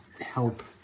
help